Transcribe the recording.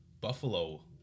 Buffalo